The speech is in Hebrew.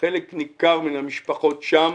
חלק ניכר מן המשפחות שם,